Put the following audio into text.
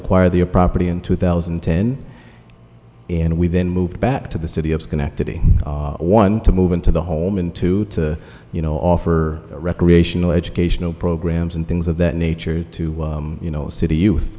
acquire the a property in two thousand and ten and we then moved back to the city of schenectady one to move into the home and to to you know offer recreational educational programs and things of that nature to you know city